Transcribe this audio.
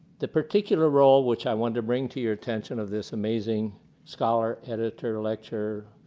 the particular role which i wanted to bring to your attention of this amazing scholar, editor lecturer,